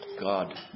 God